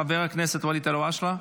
חבר הכנסת ואליד אלהואשלה,